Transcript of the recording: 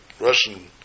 Russian